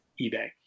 eBay